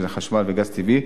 שזה חשמל מגז טבעי,